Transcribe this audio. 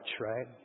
right